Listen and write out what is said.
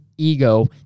ego